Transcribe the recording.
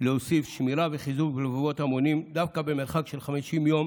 להוסיף שמירה וחיזוק בלבבות המונים דווקא במרחק של 50 יום